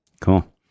Cool